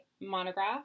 monograph